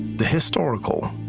the historical,